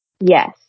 Yes